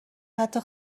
حتی